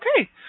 okay